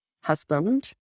husband